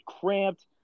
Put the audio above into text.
cramped